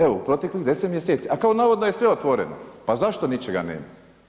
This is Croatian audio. Evo u proteklih 10 mjeseci, a kao navodno je sve otvoreno, pa zašto ničega nema?